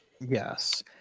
yes